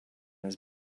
his